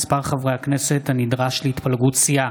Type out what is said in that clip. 52) (מספר חברי הכנסת הנדרש להתפלגות סיעה),